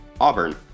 Auburn